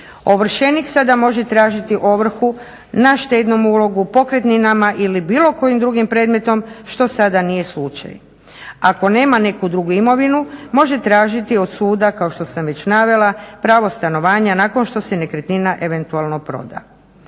Ovršenik sada može tražiti ovrhu na štednom ulogu, pokretninama ili bilo kojim drugim predmetom što sada nije slučaj. Ako nema neku drugu imovinu može tražiti od suda kao što sam već navela pravo stanovanja nakon što se nekretnina eventualno proda.